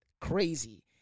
Crazy